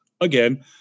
again